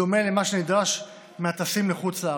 בדומה למה שנדרש מהטסים לחוץ-לארץ.